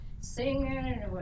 singing